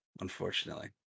unfortunately